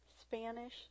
Spanish